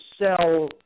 sell